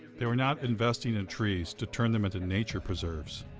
they were not investing in trees to turn them into nature preserves.